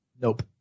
Nope